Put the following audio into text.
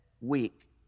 week